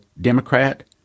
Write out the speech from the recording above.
Democrat